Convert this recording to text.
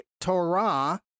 Torah